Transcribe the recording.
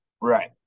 right